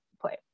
play